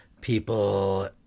people